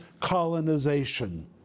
colonization